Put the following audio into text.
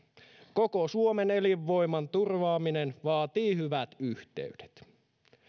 koko suomen elinvoiman turvaaminen vaatii hyvät yhteydet